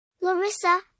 Larissa